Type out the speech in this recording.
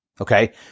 Okay